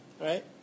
right